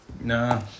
Nah